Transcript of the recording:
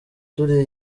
turi